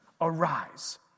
arise